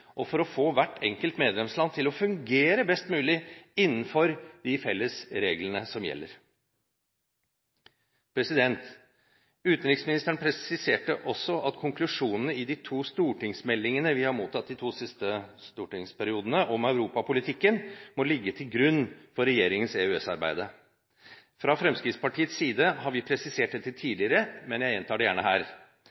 og for å få hvert enkelt medlemsland til å fungere best mulig innenfor de felles reglene som gjelder. Utenriksministeren presiserte også at konklusjonene i de to stortingsmeldingene vi har mottatt de to siste stortingsperiodene om europapolitikken, må ligge til grunn for regjeringens EØS-arbeid. Fra Fremskrittspartiets side har vi presisert dette